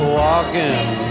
walking